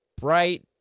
bright